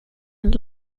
een